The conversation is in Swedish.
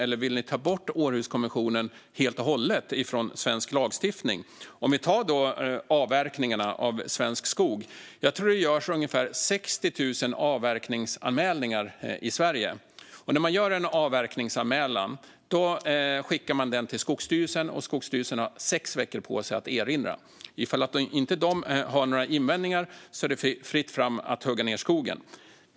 Eller vill de ta bort Århuskonventionen helt och hållet från svensk lagstiftning? Vi kan ta avverkningarna av svensk skog som exempel. Jag tror att det görs ungefär 60 000 avverkningsanmälningar i Sverige. När man gör en avverkningsanmälan skickar man den till Skogsstyrelsen, och Skogsstyrelsen har sex veckor på sig att erinra. Ifall de inte har några invändningar är det fritt fram att hugga ned skogen.